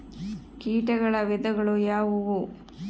ಕೇಟಗಳ ವಿಧಗಳು ಯಾವುವು?